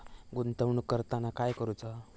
गुंतवणूक करताना काय करुचा?